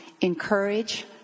encourage